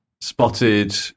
spotted